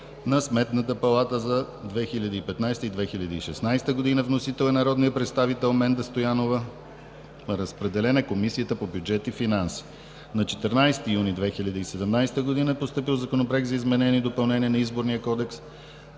на Сметната палата за 2015 г. и 2016 г. Вносител е народният представител Менда Стоянова. Разпределен е на Комисията по бюджет и финанси. На 14 юни 2017 г. е постъпил Законопроект за изменение и допълнение на Изборния кодекс